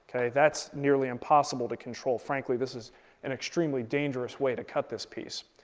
that's nearly impossible to control. frankly, this is an extremely dangerous way to cut this piece,